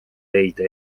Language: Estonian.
leida